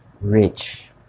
rich